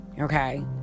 Okay